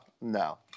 no